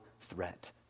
threat